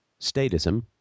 statism